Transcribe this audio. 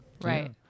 Right